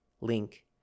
Link